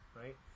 right